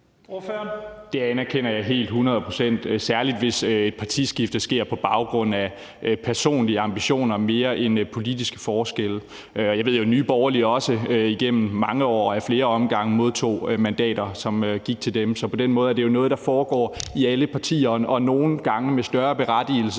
Det anerkender jeg helt hundrede procent, særlig hvis et partiskifte sker på baggrund af personlige ambitioner mere end politiske forskelle. Jeg ved jo, at Nye Borgerlige også igennem mange år ad flere omgange modtog mandater, som gik til dem. Så på den måde er det noget, der foregår i alle partier, og nogle gange med større berettigelse